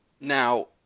Now